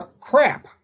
crap